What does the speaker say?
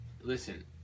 listen